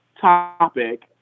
topic